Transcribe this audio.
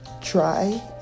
Try